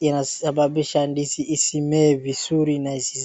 zinasababisha ndizi isimee vizuri na isizae.